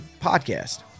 podcast